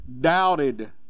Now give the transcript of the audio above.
doubted